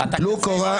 אתה כזה.